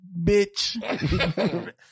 Bitch